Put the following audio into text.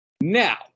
Now